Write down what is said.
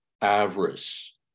avarice